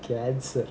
cancer